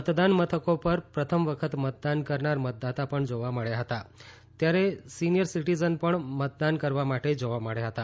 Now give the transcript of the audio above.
મતદાન મથકો પર પ્રથમ વખત મતદાન કરનાર મતદાતા પણ જોવા મળ્યા હતા તથા સિનિયર સિટીઝન પણ મતદાન કરવા માટે જોવા મળ્યા હતા